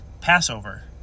Passover